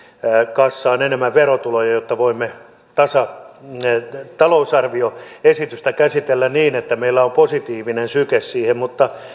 kassaan enemmän verotuloja jotta voimme talousarvioesitystä käsitellä niin että meillä on positiivinen syke siihen mutta